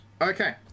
Okay